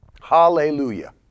Hallelujah